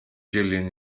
jillian